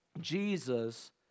Jesus